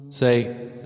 Say